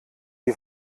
die